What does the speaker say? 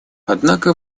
однако